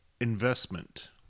investment